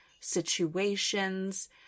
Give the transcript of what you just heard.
situations